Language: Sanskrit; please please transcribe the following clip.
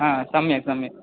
हा सम्यक् सम्यक्